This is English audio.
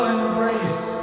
embrace